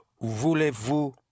Voulez-vous